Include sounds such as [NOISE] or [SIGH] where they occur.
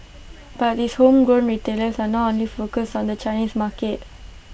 [NOISE] but these homegrown retailers are not only focused on the Chinese market